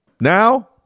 Now